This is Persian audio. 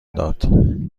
داد